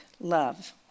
love